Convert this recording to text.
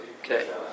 Okay